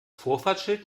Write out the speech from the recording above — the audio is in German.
vorfahrtsschild